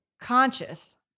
conscious